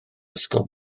ysgol